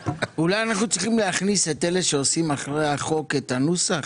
אולי אנחנו צריכים להכניס את אלה שעושים אחרי החוק את הנוסח?